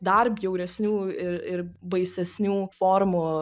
dar bjauresnių ir ir baisesnių formų